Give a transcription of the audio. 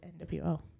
NWO